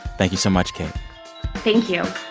thank you so much, kate thank you